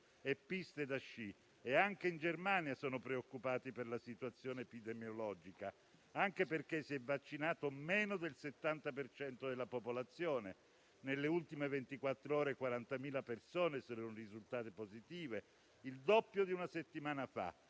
e piste da sci. Anche in Germania sono preoccupati per la situazione epidemiologica, anche perché si è vaccinato meno del 70 per cento della popolazione e nelle ultime ventiquattro ore 40.000 persone sono risultate positive, il doppio di una settimana fa,